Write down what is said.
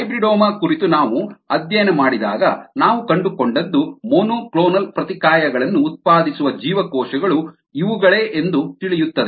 hybridoma ಕುರಿತು ನಾವು ಅಧ್ಯಯನ ಮಾಡಿದಾಗ ನಾವು ಕಂಡುಕೊಂಡದ್ದು ಮೊನೊಕ್ಲೋನಲ್ ಪ್ರತಿಕಾಯಗಳನ್ನು ಉತ್ಪಾದಿಸುವ ಜೀವಕೋಶಗಳು ಇವುಗಳೇ ಎಂದು ತಿಳಿಯುತ್ತದೆ